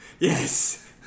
Yes